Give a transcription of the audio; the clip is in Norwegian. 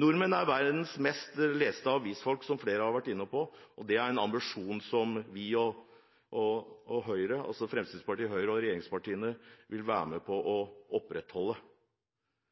Nordmenn er verdens mest avislesende folk, som flere har vært inne på, og det er en ambisjon som regjeringspartiene Fremskrittspartiet og Høyre vil være med på å opprettholde.